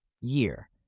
year